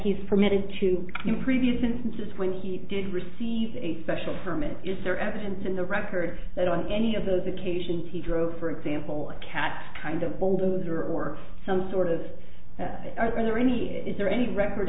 is permitted to in previous instances when he did receive a special permit is there evidence in the record that on any of those occasions he drew for example a cat's kind of bulldozer or some sort of are there any is there any record